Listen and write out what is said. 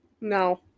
No